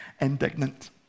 Indignant